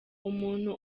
umuntu